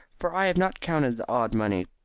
for i have not counted the odd money.